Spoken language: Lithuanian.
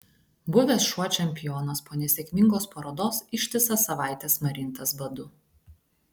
buvęs šuo čempionas po nesėkmingos parodos ištisas savaites marintas badu